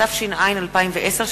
התש"ע 2010,